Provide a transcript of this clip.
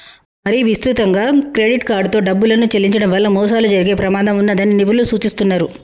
మరీ విస్తృతంగా క్రెడిట్ కార్డుతో డబ్బులు చెల్లించడం వల్ల మోసాలు జరిగే ప్రమాదం ఉన్నదని నిపుణులు సూచిస్తున్నరు